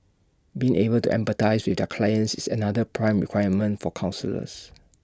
being able to empathise with their clients is another prime requirement for counsellors